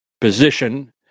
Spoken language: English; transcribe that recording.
position